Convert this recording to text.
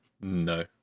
No